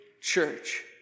church